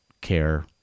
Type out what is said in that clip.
care